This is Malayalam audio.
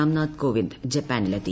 രാംനാഥ് കോവിന്ദ് ജപ്പാനിലെത്തി